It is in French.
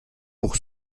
pour